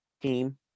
team